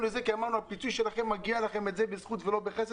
לזה כי אמרנו שהפיצוי שלכם מגיע לכם בזכות ולא בחסד,